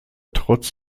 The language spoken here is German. trotz